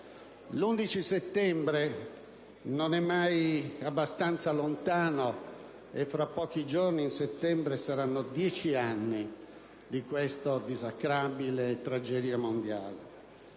L'11 settembre non è mai abbastanza lontano, e fra pochi giorni, in settembre, saranno passati dieci anni da questa esecrabile tragedia mondiale.